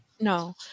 no